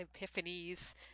epiphanies